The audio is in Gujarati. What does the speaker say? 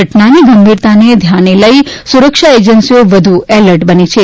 ઘટનાની ગંભીરતાને ધ્યાનને લઇ સુરક્ષા એજન્સીઓ વધુ એલર્ટ થઇ છે